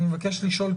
אני מבקש לשאול,